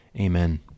amen